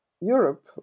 Europe